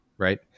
Right